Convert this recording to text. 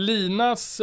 Linas